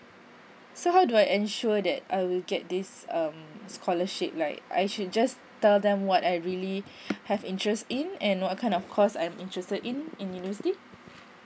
so how do I ensure that I will get this um scholarship like I should just tell them what I really have interest in and what kind of course I am interested in in university